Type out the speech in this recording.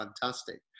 fantastic